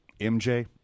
MJ